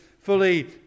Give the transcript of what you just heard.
fully